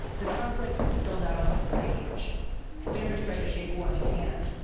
this conflict spilled out onto the stage sanders tried to shake warren's hand,